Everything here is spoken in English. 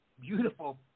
beautiful